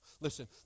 Listen